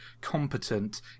competent